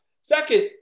Second